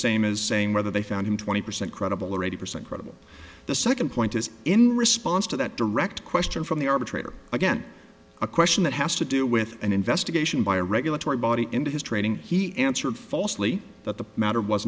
same as saying whether they found him twenty percent credible or eighty percent credible the second point is in response to that direct question from the arbitrator again a question that has to do with an investigation by a regulatory body into his training he answered falsely that the matter was